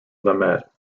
lambert